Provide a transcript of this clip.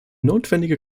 notwendige